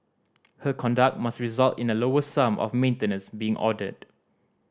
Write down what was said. her conduct must result in a lower sum of maintenance being ordered